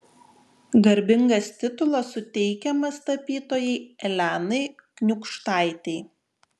garbingas titulas suteikiamas tapytojai elenai kniūkštaitei